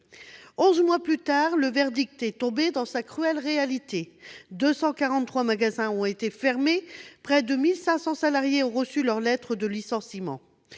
mois plus tard, le verdict est tombé, dans sa cruelle réalité : 243 magasins ont été fermés ; près de 1 500 salariés ont reçu leur lettre de licenciement.